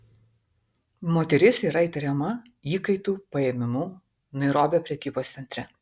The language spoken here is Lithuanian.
moteris yra įtariama įkaitų paėmimu nairobio prekybos centre